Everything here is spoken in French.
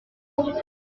jours